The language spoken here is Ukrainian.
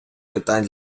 питань